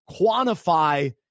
quantify –